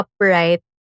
upright